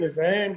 מזהם,